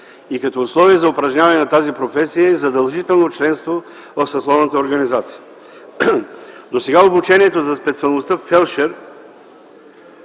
и като условие за упражняване на тази професия – задължително членство в съсловната организация. Засега обучението по специалността „фелдшер”